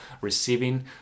receiving